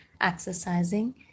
exercising